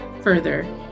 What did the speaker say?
further